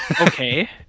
Okay